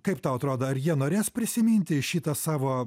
kaip tau atrodo ar jie norės prisiminti šitą savo